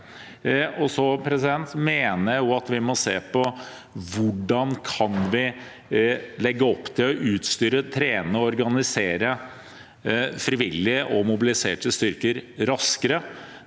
Jeg mener vi må se på hvordan vi kan legge opp til å utstyre, trene og organisere frivillige og mobiliserte styrker raskere